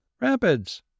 Rapids